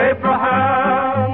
Abraham